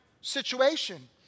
situation